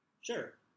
Sure